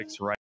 right